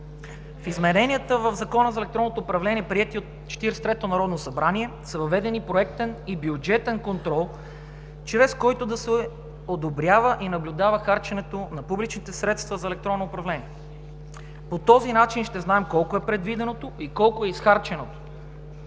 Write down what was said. В измененията в Закона за електронното управление, приети от Четиридесет и третото народно събрание са въведени проектен и бюджетен контрол, чрез който да се одобрява и наблюдава харченето на публичните средства за електронно управление. По този начин ще знаем колко е предвиденото и колко е изхарченото